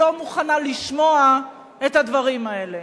לא מוכנה לשמוע את הדברים האלה.